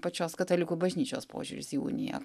pačios katalikų bažnyčios požiūris į uniją